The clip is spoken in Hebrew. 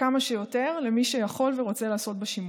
כמה שיותר למי שיכול ורוצה לעשות בה שימוש.